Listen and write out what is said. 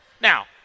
Now